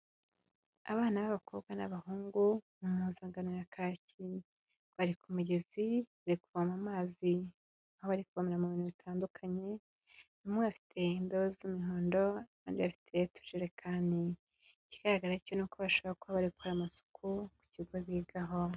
Abana b'abakobwa n'abahungu mu mpuzankano ya kaki. Bari ku mugezi bari kuvoma amazi. Aho bari kuvomera mu bintu bitandukanye, bamwe bafite indobo z'imihondo abandi bafite utujerekani. Ikigaragara cyo nuko bashobora kuba bari gukora amasuku ku kigo bigaho.